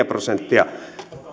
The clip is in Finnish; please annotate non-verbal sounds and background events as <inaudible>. <unintelligible> prosenttia